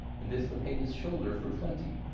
and dislocate his shoulder for twenty.